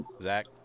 Zach